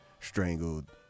strangled